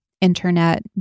internet